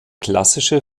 klassische